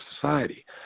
society